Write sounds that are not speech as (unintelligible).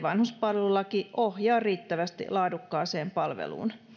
(unintelligible) vanhuspalvelulaki ohjaa riittävästi laadukkaaseen palveluun